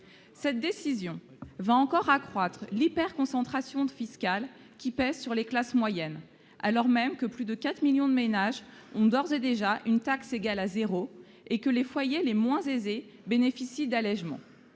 Cette décision va encore accroître l'hyperconcentration fiscale qui pèse sur les classes moyennes, alors même que plus de quatre millions de ménages ont d'ores et déjà une taxe égale à zéro et que les foyers les moins aisés bénéficient d'allégements.